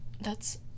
That's-